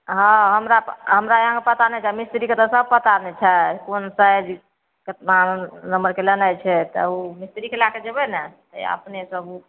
हँ हमरा हमरा यहाँ पता नहि छै मिस्त्रीके तऽ सब पता ने छै कोन साइज कतना नम्बरके लेनाइ छै तऽ ओ मिस्त्रीकेँ लैके जएबै ने तऽ अपनेसे ओ